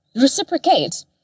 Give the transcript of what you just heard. reciprocate